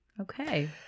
Okay